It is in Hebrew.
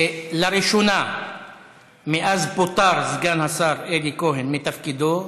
לראשונה מאז פוטר סגן השר אלי כהן מתפקידו,